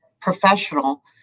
professional